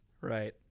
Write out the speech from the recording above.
Right